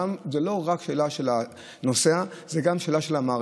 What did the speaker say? זו לא רק שאלה של הנוסע, זו גם שאלה של המערכת.